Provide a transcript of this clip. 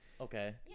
Okay